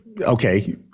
okay